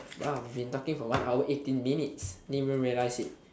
!wow! we've been talking for one hour eighteen minutes didn't even realize it